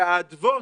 והאדוות,